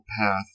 path